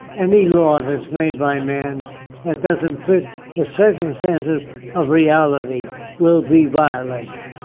any law that's made by man that doesn't fit the circumstances of reality will be violated.